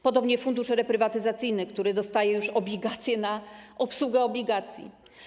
Podobnie fundusz reprywatyzacyjny, który dostaje już obligacje na obsługę obligacji.